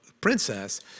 princess